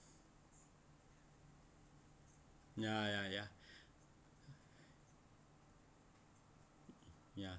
ya ya ya ya